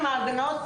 עם ההגנות,